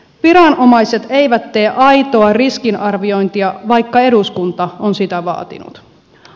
viranomaiset eivät tee aitoa riskinarviointia vaikka eduskunta on sitä vaatinut